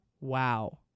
Wow